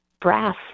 brass